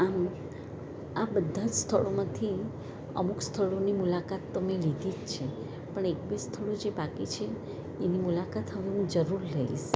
આમ આ બધા સ્થળોમાંથી અમુક સ્થળોની મુલાકાત અમે લીધી છે પણ એક બે સ્થળો બાકી છે એની મુલાકાત હવે હું જરૂર લઇશ